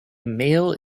male